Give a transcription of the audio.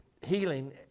healing